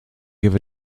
give